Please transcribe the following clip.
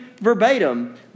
verbatim